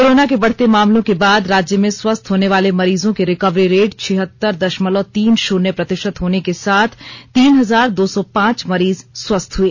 corona के बढ़ते मामलों के बाद राज्य में स्वस्थ होने वाले मरीजों की रिकवरी रेट छिहत्तर दषमलव तीन शुन्य प्रतिषत होने के साथ तीन हजार दो सौ पांच मरीज स्वस्थ हुए